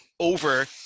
Over